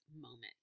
moment